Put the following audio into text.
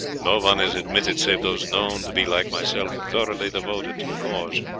no one is admitted save those known to be, like myself, thoroughly devoted to the cause.